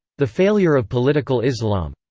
the failure of political islam.